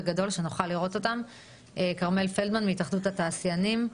כרמל פלדמן מהתאחדות התעשיינים.